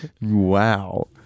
Wow